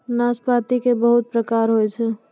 नाशपाती के बहुत प्रकार होय छै